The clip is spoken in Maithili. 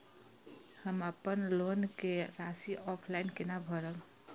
हम अपन लोन के राशि ऑफलाइन केना भरब?